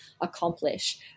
accomplish